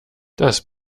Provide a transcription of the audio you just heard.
das